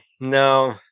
no